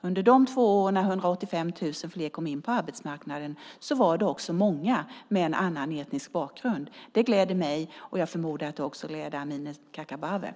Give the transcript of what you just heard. Under de två åren har 185 000 fler kommit in på arbetsmarknaden, också många med en annan etnisk bakgrund. Det gläder mig, och jag förmodar att det också gläder Amineh Kakabaveh.